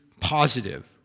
positive